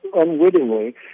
unwittingly